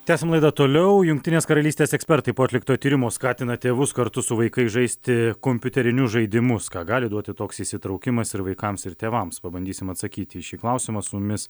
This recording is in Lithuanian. tęsiam laidą toliau jungtinės karalystės ekspertai po atlikto tyrimo skatina tėvus kartu su vaikais žaisti kompiuterinius žaidimus ką gali duoti toks įsitraukimas ir vaikams ir tėvams pabandysim atsakyti į šį klausimą su mumis